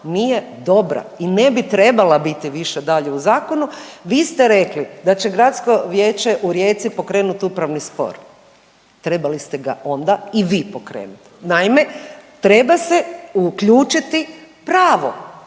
nije dobra i ne bi trebala biti više dalje u zakonu. Vi ste rekli da će Gradsko vijeće u Rijeci pokrenuti upravni spor. Trebali ste ga onda i vi pokrenuti. Naime, treba se uključiti pravo